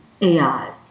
AI